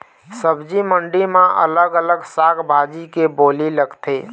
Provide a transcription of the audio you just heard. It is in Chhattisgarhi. सब्जी मंडी म अलग अलग साग भाजी के बोली लगथे